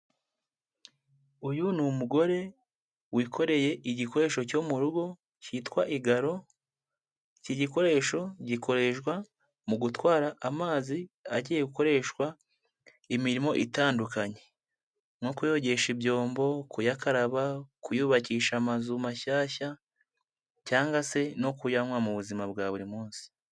uyu ni umugore wikoreye igikoresho cyo mu rugo cyitwa igaro iki gikoresho gikoreshwa mu gutwara amazi agiye gukoreshwa imirimo itandukanye nko kuyogesha ibyombo kuyakaraba kuyubakisha amazu mashyashya cyangwa se no kuyanywa mu buzima bwa buri munsi